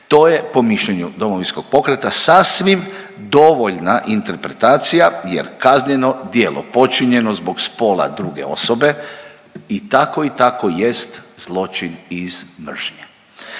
To je po mišljenju Domovinskog pokreta sasvim dovoljna interpretacija jer kazneno djelo počinjeno zbog spola druge osobe i tako i tako jest zločin iz mržnje.